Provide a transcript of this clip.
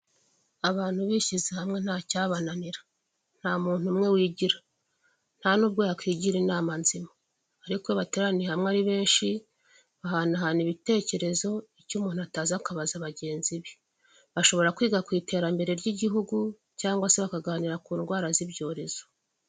Abantu bishyize hamwe nta cyabananira. Nta muntu umwe wigira. Nta nubwo yakwigira inama nzima. Ariko bateraniye hamwe ari benshi ,bahanahana ibitekerezo icyo umuntu ataza akabaza bagenzi be. Bashobora kwiga ku iterambere ry'igihugu cyangwa se bakaganira ku ndwara z'ibyorezo.